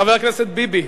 חבר הכנסת ביבי,